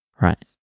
Right